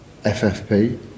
FFP